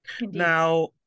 Now